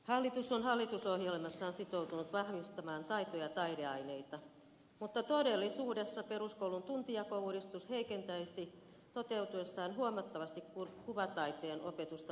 hallitus on hallitusohjelmassaan sitoutunut vahvistamaan taito ja taideaineita mutta todellisuudessa peruskoulun tuntijakouudistus heikentäisi toteutuessaan huomattavasti kuvataiteen opetusta peruskoulussa